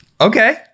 Okay